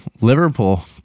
Liverpool